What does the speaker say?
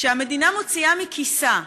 שהמדינה מוציאה מכיסה.